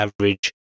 average